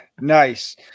Nice